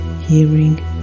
hearing